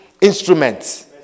instruments